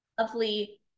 lovely